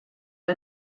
die